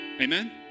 Amen